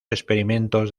experimentos